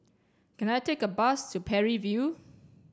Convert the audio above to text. can I take a bus to Parry View